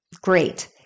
great